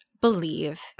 believe